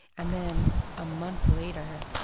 and then a month later,